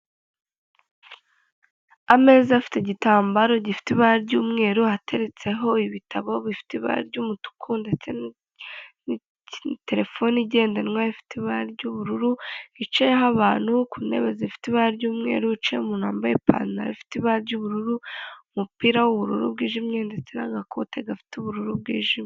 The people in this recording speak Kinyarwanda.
Ameza afite igitambaro gifite ibara ry'umweru ateretseho ibitabo bifite ibara ry'umutuku ndetse na terefone igendanwa ifite ibara ry'ubururu bicayeho abantu ku ntebe zifite ibara ry'umweru hicayeho umuntu wambaye ipantaro ifite ibara ry'ubururu, umupira wubururu bwijimye ndetse n'agakote gafite ubururu bwijimye.